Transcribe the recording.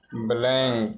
plank